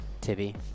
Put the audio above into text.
Tibby